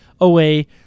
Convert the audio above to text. away